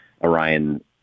Orion